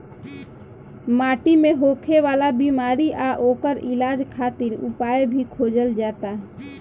माटी मे होखे वाला बिमारी आ ओकर इलाज खातिर उपाय भी खोजल जाता